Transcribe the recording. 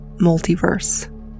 multiverse